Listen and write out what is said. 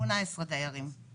שמונה עשרה משפחות.